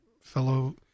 fellow